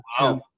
Wow